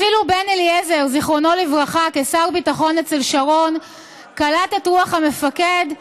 אפילו בן-אליעזר ז"ל כשר ביטחון אצל שרון קלט את רוח המפקד,